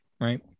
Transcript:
right